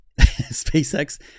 SpaceX